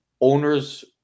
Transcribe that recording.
owners